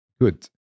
good